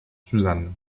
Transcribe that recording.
suzanne